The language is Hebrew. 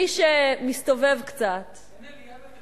מי שמסתובב קצת, אין עלייה במחירי המזון?